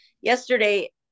Yesterday